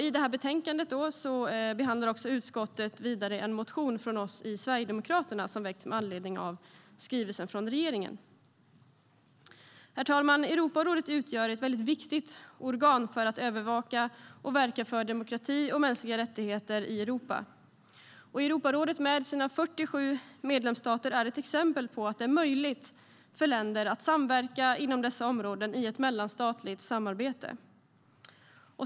I det här betänkandet behandlar utskottet vidare en motion från Sverigedemokraterna som väckts med anledning av skrivelsen från regeringen. Europarådet utgör ett viktigt organ för att övervaka och verka för demokrati och mänskliga rättigheter i Europa. Europarådet med sina 47 medlemsstater är ett exempel på att det är möjligt för länder att samverka inom dessa områden i ett mellanstatligt samarbete.